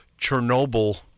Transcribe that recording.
chernobyl